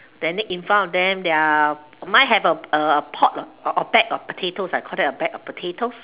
then in front of them there are mine have a a pot or bag of potatoes I call that a bag of potatoes